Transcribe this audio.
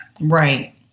right